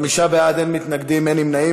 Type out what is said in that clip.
חמישה בעד, אין מתנגדים, אין נמנעים.